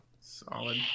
Solid